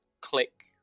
click